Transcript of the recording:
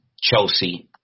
Chelsea